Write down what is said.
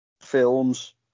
films